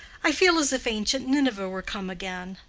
i feel as if ancient nineveh were come again.